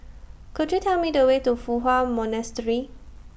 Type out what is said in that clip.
Could YOU Tell Me The Way to Fu Hua Monastery